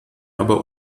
aber